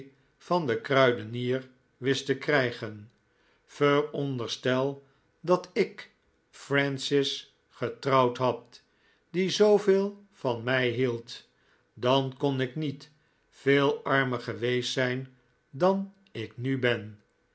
van den kruidenier wist te krijgen veronderstel dat ik francis getrouwd had die zooyeel van mij hield dan kon ik niet veel armer geweest zijn dan ik nu ben